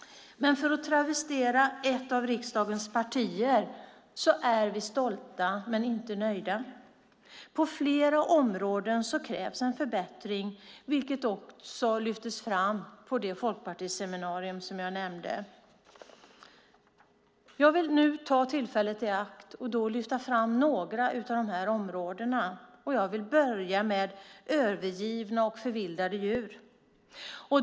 För att travestera ett av riksdagens partier är vi stolta men inte nöjda. På flera områden krävs en förbättring, vilket också lyftes fram på det folkpartiseminarium som jag nämnde. Jag vill nu ta tillfället i akt och lyfta fram några av dessa områden. Jag vill börja med övergivna och förvildade djur.